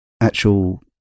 actual